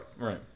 right